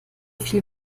viel